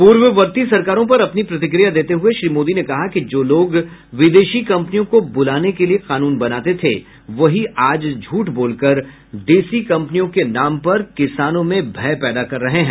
पूर्ववर्ती सरकारों पर अपनी प्रतिक्रिया देते हुये श्री मोदी ने कहा कि जो लोग विदेशी कम्पनियों को बुलाने के लिए कानून बनाते थे वहीं आज झूठ बोलकर देशी कम्पनियों के नाम पर किसानों में भय पैदा कर रहे हैं